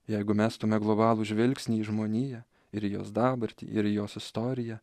jeigu mestume globalų žvilgsnį į žmoniją ir į jos dabartį ir į jos istoriją